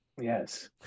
Yes